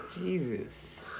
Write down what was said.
Jesus